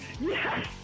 Yes